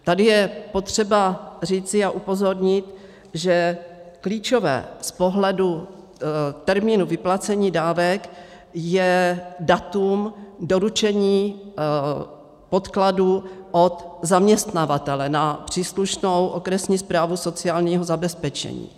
Tady je potřeba říci a upozornit, že klíčové z pohledu termínu vyplacení dávek je datum doručení podkladů od zaměstnavatele na příslušnou okresní správu sociálního zabezpečení.